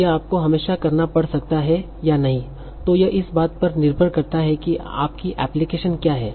यह आपको हमेशा करना पड़ सकता है या नहीं तो यह इस बात पर निर्भर करता है कि आपकी एप्लीकेशन क्या है